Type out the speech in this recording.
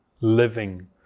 living